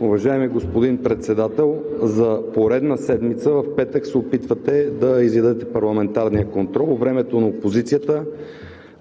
Уважаеми господин Председател, за поредна седмица в петък се опитвате да изядете парламентарния контрол – времето на опозицията,